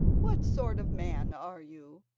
what sort of man are you,